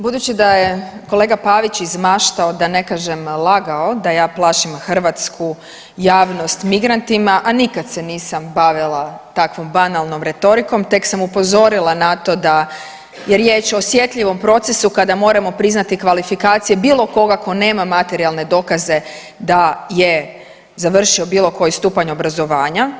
Budući da je kolega Pavić izmaštao, da ne kažem lagao da ja plašim hrvatsku javnosti migrantima, a nikad se nisam bavila takvom banalnom retorikom, tek sam upozorila na to da je riječ o osjetljivom procesu kada moramo priznati kvalifikacije bilo koga ko nema materijalne dokaze da je završio bilo koji stupanj obrazovanja.